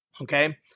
Okay